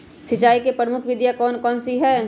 सिंचाई की प्रमुख विधियां कौन कौन सी है?